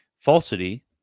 falsity